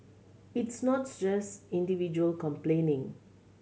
it's not just individual complaining